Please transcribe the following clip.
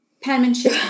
penmanship